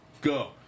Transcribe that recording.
go